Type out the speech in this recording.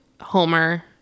Homer